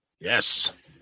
Yes